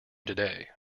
today